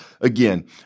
again